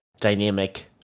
dynamic